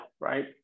right